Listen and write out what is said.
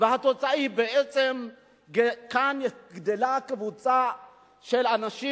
התוצאה היא בעצם שכאן גדלה קבוצה של אנשים